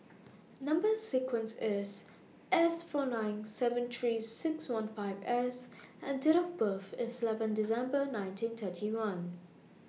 Number sequence IS S four nine seven three six one five S and Date of birth IS eleven December nineteen thirty one